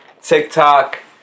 TikTok